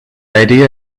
idea